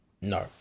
no